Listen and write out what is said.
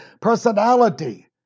personality